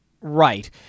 Right